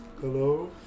Hello